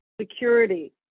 security